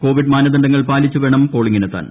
Covid മാനദണ്ഡങ്ങൾ പാലിച്ചുവേണം പോളിങ്ങിനെത്താൻ